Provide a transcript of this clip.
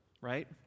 right